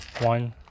One